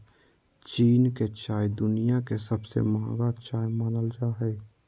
चीन के चाय दुनिया के सबसे महंगा चाय मानल जा हय